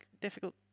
difficult